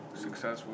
successful